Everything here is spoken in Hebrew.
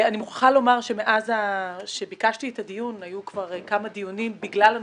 אני מוכרחה לומר שמאז שביקשתי את הדיון היו כבר כמה דיונים בוועדת